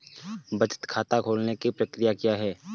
बचत खाता खोलने की प्रक्रिया क्या है?